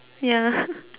ya